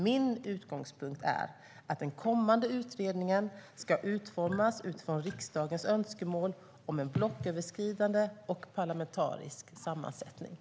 Min utgångspunkt är att den kommande utredningen ska utformas utifrån riksdagens önskemål om en blocköverskridande och parlamentariskt sammansatt utredning.